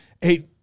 hey